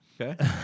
Okay